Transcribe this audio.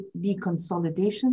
deconsolidation